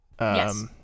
Yes